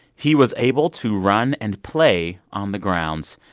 he was able to run and play on the grounds.